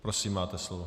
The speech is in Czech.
Prosím, máte slovo.